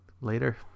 Later